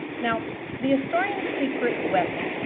now the historian's secret weapon,